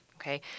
Okay